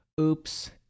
Oops